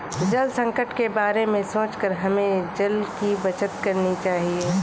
जल संकट के बारे में सोचकर हमें जल की बचत करनी चाहिए